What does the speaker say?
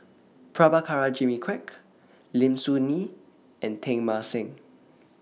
Prabhakara Jimmy Quek Lim Soo Ngee and Teng Mah Seng